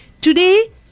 today